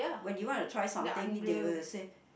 when you want to try something they will say